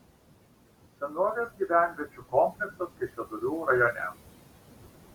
senovės gyvenviečių kompleksas kaišiadorių rajone